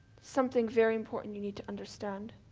something very important you need to understand.